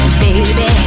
baby